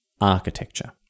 architecture